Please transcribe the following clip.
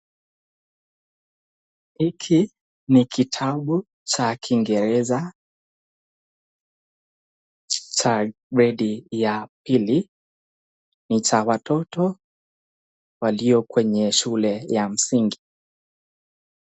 Hiki ni kitabu cha kiingereza cha gredi ya pili ni cha watoto walio kwenye shule ya msingi.